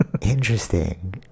Interesting